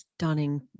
stunning